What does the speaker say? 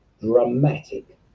dramatic